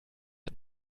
hat